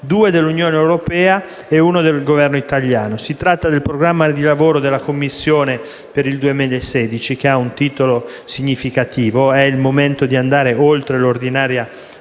due dell'Unione europea e uno del Governo italiano. Si tratta del programma di lavoro della Commissione per il 2016, che ha un titolo significativo: «È il momento di andare oltre l'ordinaria